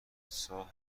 صاحب